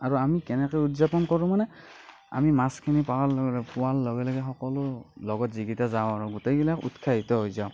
আৰু আমি কেনেকৈ উদযাপন কৰোঁ মানে আমি মাছখিনি পোৱাৰ লগে লগে পোৱাৰ লগে লগে সকলো লগত যিকেইটা যাওঁ আৰু গোটেইবিলাক উৎসাহিত হৈ যাওঁ